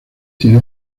tiene